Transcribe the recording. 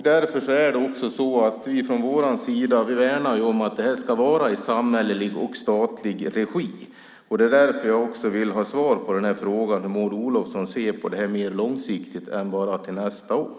Därför värnar vi från vår sida om att det ska vara i samhällelig och statlig regi. Därför vill jag också ha svar på frågan om hur Maud Olofsson ser på det här mer långsiktigt och inte bara till nästa år.